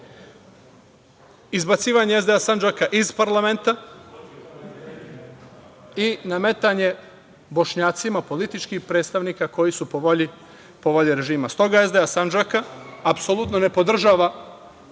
izbacivanje SDA Sandžaka iz parlamenta i nametanje bošnjacima političkih predstavnika koji su po volji režima. Stoga SDA Sandžaka apsolutno ne podržava